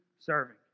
serving